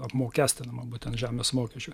apmokestinama būtent žemės mokesčiu